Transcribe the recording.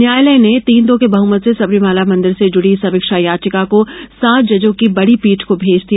न्यायालय ने तीन दो के बहमत से सबरीमाला मंदिर से जुड़ी समीक्षा याचिका को सात जजों की बड़ी पीठ को भेज दिया